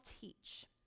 teach